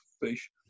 fish